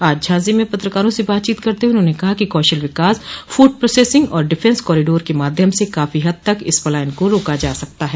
आज झांसी में पत्रकारों स बातचीत करते हुए उन्होंने कहा कि कौशल विकास फूड प्रोससिंग और डिफेंस कॉरिडोर के माध्यम से काफी हद तक इस पलायन को रोका जा सकता है